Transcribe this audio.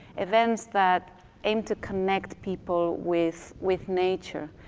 events that interconnect people with with nature.